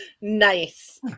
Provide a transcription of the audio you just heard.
Nice